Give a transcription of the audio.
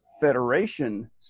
Federation